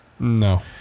No